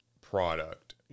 product